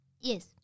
Yes